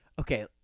Okay